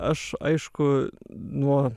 aš aišku nuo